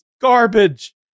garbage